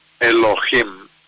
Elohim